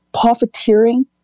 profiteering